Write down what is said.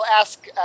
ask